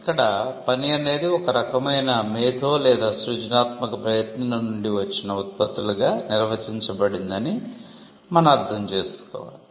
ఇక్కడ పని అనేది ఒక రకమైన మేధో లేదా సృజనాత్మక ప్రయత్నం నుండి వచ్చిన ఉత్పత్తులుగా నిర్వచించబడిందని మనం అర్ధం చేసుకోవాలి